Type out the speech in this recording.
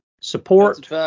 support